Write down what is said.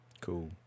Cool